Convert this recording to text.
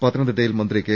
പത്തനംതിട്ടയിൽ മന്ത്രി കെ